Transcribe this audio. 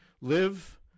live